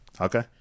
Okay